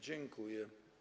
Dziękuję.